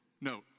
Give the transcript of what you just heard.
No